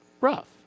rough